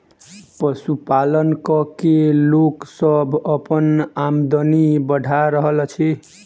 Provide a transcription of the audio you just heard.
पशुपालन क के लोक सभ अपन आमदनी बढ़ा रहल अछि